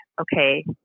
okay